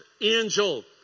angel